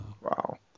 Wow